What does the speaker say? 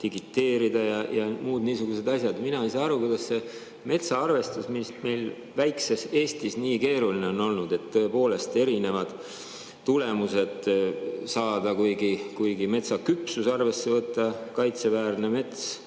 digiteerida" ja muud niisugused asjad. Mina ei saa aru, kuidas see metsa arvestus meil väikses Eestis nii keeruline on olnud, et tõepoolest erinevad tulemused on saadud. Kui metsa küpsus arvesse võtta, kaitseväärne mets